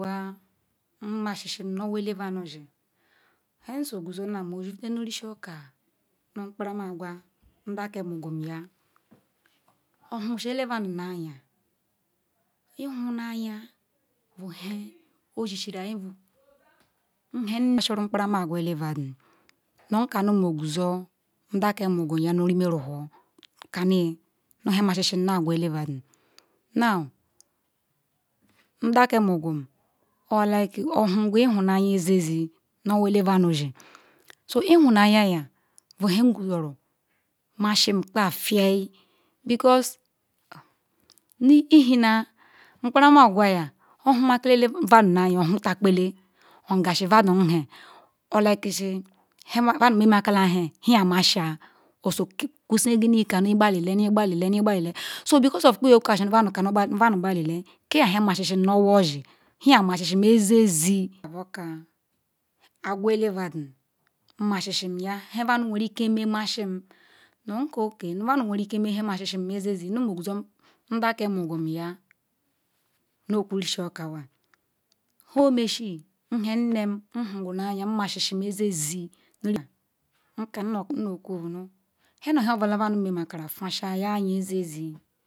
Aqwa mashishi owo-ele-vedudi nhe sooauzo na nme-oquzo ka nu nkpara-apwa ke ndah ke muquya ohusi eleuadu nu anya ihunanya bu nhe ohesheriyi. Nhe gbarasiri nkpara-aqwa elevadu zi nka nume oquzo aqwa ke ndah ke muquve nu rumuewhor kani nu nhe masisi nu ha aqwa elevudu di Now Ndah ke muyu ohuqu-ehunanya nazizi nowo-elevudu zi so ihunanyiyam buha nguzuru masikpa rianyi because ijeru nkparama-aqwayam ohutamakola elevedu nu anya ohutakole ohugazi vsdu nhe olikisi vadu memaksns nhe masi oyokusini kanu igba lila ne qbalili so beacaise of kpo okani nu vadu qbalilia yabu nha masisime nowosi. hiayi masisi eziezi. kauu oka aqwa elevadu masisiya nha vadu weruike me masim nka ok nu madu weruke me nhe masisi ezizi nu moquzo ndake muya nu okurishi oka owa nhuomesi nhe nim nhuqanya masisi eziezi nka nu oku venu nhe nu nhe obula madu me makona vesi ya eziezi